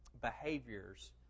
behaviors